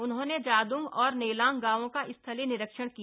उन्होंने जादूंग और नेलांग गांवों का स्थलीय निरीक्षण किया